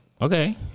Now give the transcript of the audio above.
Okay